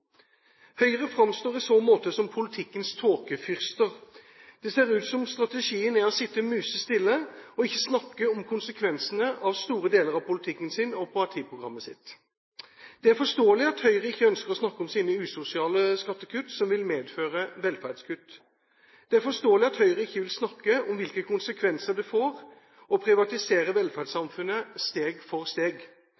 Høyre framstår i så måte som politikkens tåkefyrste. Det ser ut som strategien er å sitte musestille og ikke snakke om konsekvensene av store deler av politikken sin og av partiprogrammet sitt. Det er forståelig at Høyre ikke ønsker å snakke om sine usosiale skattekutt som vil medføre velferdskutt. Det er forståelig at Høyre ikke vil snakke om hvilke konsekvenser det får å privatisere